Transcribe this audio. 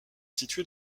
située